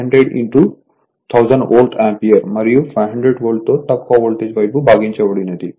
ఇది 500 1000 volt ampere మరియు 500 volt తో తక్కువ వోల్టేజ్ వైపు భాగించబడినది